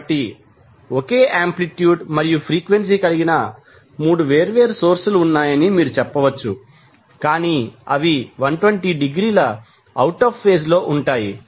కాబట్టి ఒకే ఆంప్లిట్యూడ్ మరియు ఫ్రీక్వెన్సీ కలిగిన 3 వేర్వేరు సోర్స్ లు ఉన్నాయని మీరు చెప్పవచ్చు కాని అవి 120 డిగ్రీల అవుట్ ఆఫ్ ఫేజ్ లో ఉంటాయి